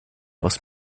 aus